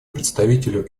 представителю